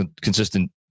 consistent